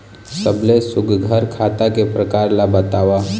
सबले सुघ्घर खाता के प्रकार ला बताव?